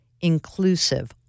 inclusive